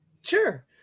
Sure